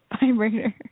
vibrator